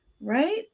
right